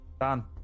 Done